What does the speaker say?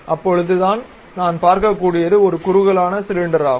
அப்பொழுது தான் நான் பார்க்கக்கூடியது ஒரு குருகலான சிலிண்டர் ஆகும்